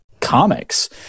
comics